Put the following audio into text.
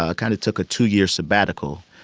ah kind of took a two-year sabbatical.